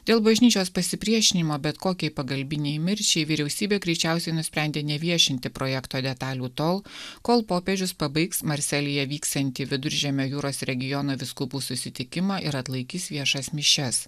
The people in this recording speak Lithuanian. dėl bažnyčios pasipriešinimo bet kokiai pagalbinei mirčiai vyriausybė greičiausiai nusprendė neviešinti projekto detalių tol kol popiežius pabaigs marselyje vyksiantį viduržemio jūros regiono vyskupų susitikimą ir atlaikys viešas mišias